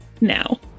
now